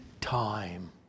time